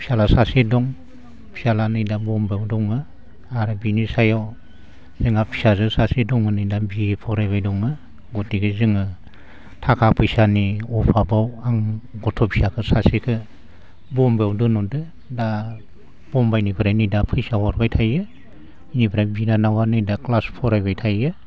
फिसाज्ला सासे दं फिसाज्ला नै दा बम्बायआव दङ आरो बिनि सायाव जोंहा फिसाजो सासे दङ नै दा बि ए फरायबाय दङ गथिखे जोङो थाखा फैसानि अभाबआव आं गथ' फिसाखो सासेखो बम्बायआव दोनहरदो दा बम्बायनिफ्राय नै दा फैसा हरबाय थायो इनिफ्राय बिनानावा नै दा क्लास फरायबाय थायो